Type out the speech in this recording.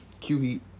Q-Heat